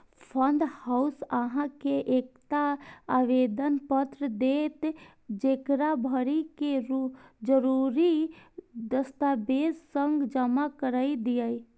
fund house अहां के एकटा आवेदन पत्र देत, जेकरा भरि कें जरूरी दस्तावेजक संग जमा कैर दियौ